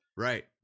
Right